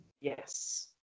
Yes